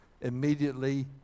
immediately